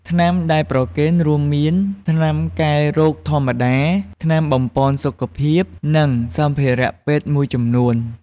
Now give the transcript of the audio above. ថ្នាំដែលប្រគេនរួមមាន ថ្នាំកែរោគធម្មតា ថ្នាំបំប៉នសុខភាព និងសម្ភារៈពេទ្យមួយចំនួន។